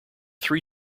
three